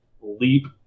leap